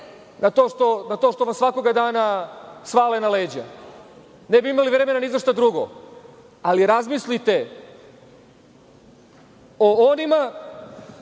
na to što vam svakog dana svale na leđa. Ne bi imali vremena ni za šta drugo, ali razmislite o onima